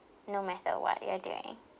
no matter what you're doing